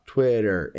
Twitter